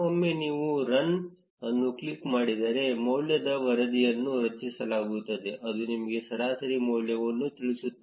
ಒಮ್ಮೆ ನೀವು ರನ್ ಅನ್ನು ಕ್ಲಿಕ್ ಮಾಡಿದರೆ ಮೌಲ್ಯದ ವರದಿಯನ್ನು ರಚಿಸಲಾಗುತ್ತದೆ ಅದು ನಿಮಗೆ ಸರಾಸರಿ ಮೌಲ್ಯವನ್ನು ತಿಳಿಸುತ್ತದೆ